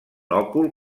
òcul